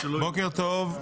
בוקר טוב.